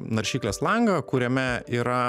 naršyklės langą kuriame yra